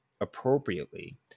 appropriately